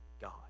god